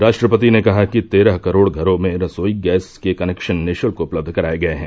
राष्ट्रपति ने कहा कि तेरह करोड़ घरों में रसोई गैस के कनेक्शन निःश्ल्क उपलब्ध कराए गए हैं